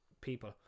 people